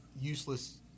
useless